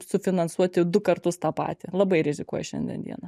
sufinansuoti du kartus tą patį labai rizikuoja šiandien dieną